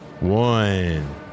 One